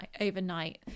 overnight